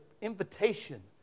invitation